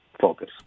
focus